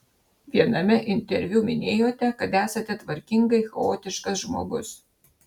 viename interviu minėjote kad esate tvarkingai chaotiškas žmogus